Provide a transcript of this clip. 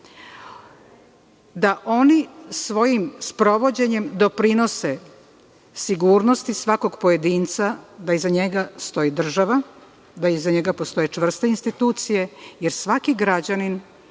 da oni svojim sprovođenjem doprinose sigurnosti svakog pojedinca da iza njega stoji država, da ih njega stoje čvrste institucije jer svaki građanin